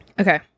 okay